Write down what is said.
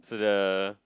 so the